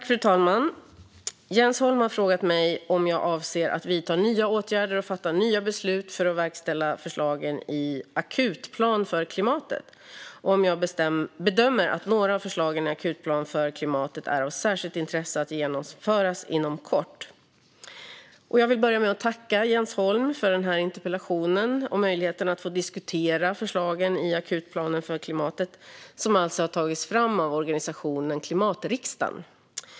Fru talman! Jens Holm har frågat mig om jag avser att vidta nya åtgärder och fatta nya beslut för att verkställa förslagen i akutplanen för klimatet och om jag bedömer att några av förslagen i akutplanen för klimatet är av särskilt intresse för att genomföras inom kort. Jag vill börja med att tacka Jens Holm för den här interpellationen och möjligheten att få diskutera förslagen i akutplanen för klimatet, som alltså har tagits fram av organisationen Klimatriksdagen.